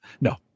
No